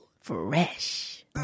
Fresh